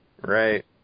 Right